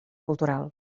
cultural